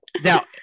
Now